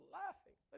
laughing